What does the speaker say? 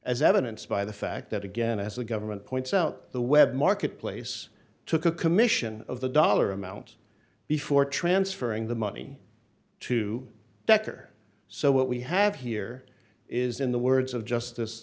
as evidence by the fact that again as the government points out the web marketplace took a commission of the dollar amount before transferring the money to doctor so what we have here is in the words of justice